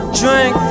drink